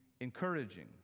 encouraging